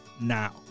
now